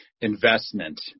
investment